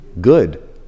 Good